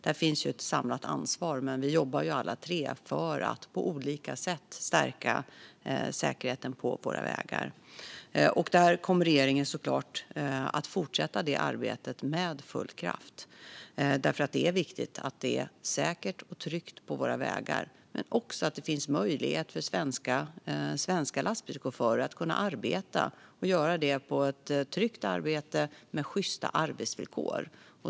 Här finns ett samlat ansvar, men vi jobbar alla tre för att på olika sätt stärka säkerheten på vägarna. Regeringen kommer såklart att fortsätta det arbetet med full kraft. Det är viktigt både att det är säkert och tryggt på våra vägar och att det finns möjlighet för svenska lastbilschaufförer att ha ett tryggt arbete med sjysta arbetsvillkor.